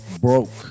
broke